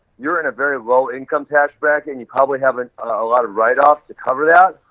you're in a very low income tax bracket, and you're probably having a lot of right off to cover that.